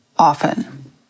often